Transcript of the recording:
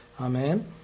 Amen